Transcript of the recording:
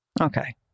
Okay